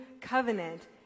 covenant